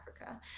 Africa